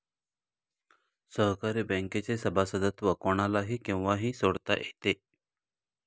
सहकारी बँकेचे सभासदत्व कोणालाही केव्हाही सोडता येते